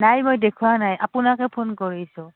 নাই মই দেখুওৱা নাই আপোনাকে ফোন কৰিছোঁ